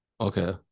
Okay